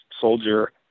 soldier